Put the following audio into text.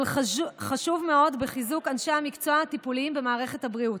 אבל חשוב מאוד בחיזוק אנשי המקצוע הטיפוליים במערכת הבריאות,